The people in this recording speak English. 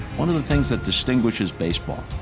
one of the things that distinguishes baseball,